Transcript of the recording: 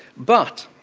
but,